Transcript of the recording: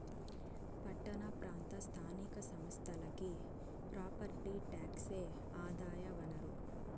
పట్టణ ప్రాంత స్థానిక సంస్థలకి ప్రాపర్టీ టాక్సే ఆదాయ వనరు